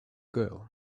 girl